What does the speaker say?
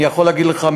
אני יכול להגיד לך,